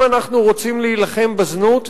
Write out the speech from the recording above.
אם אנחנו רוצים להילחם בזנות,